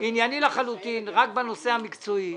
הם היו ענייניים לחלוטין רק בנושא המקצועי.